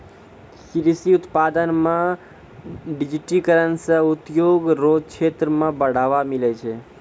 कृषि उत्पादन मे डिजिटिकरण से उद्योग रो क्षेत्र मे बढ़ावा मिलै छै